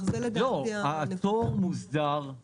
זאת השאלה, זאת נקודה היחידה שצריך לשקול.